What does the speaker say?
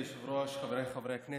גברתי היושבת-ראש, חבריי חברי הכנסת,